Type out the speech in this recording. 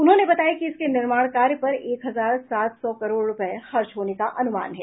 उन्होंने बताया कि इसके निर्माण कार्य पर एक हजार सात सौ करोड़ रुपये खर्च होने का अनुमान है